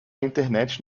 internet